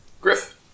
Griff